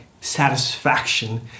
satisfaction